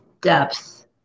depth